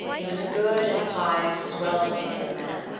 he was a good and pious, as well as a learned man.